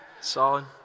Solid